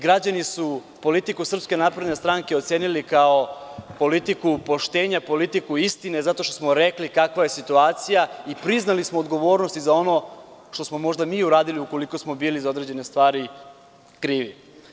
Građani su politiku SNS ocenili kao politiku poštenja, politiku istine, zato što smo rekli kakva je situacija i priznali smo odgovornost za ono što smo možda mi uradili ukoliko smo bili za određene stvari krivi.